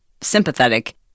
sympathetic